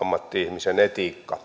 ammatti ihmisen etiikka